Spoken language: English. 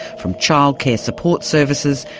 from childcare support services,